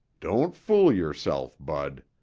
don't fool yourself, bud.